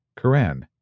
Quran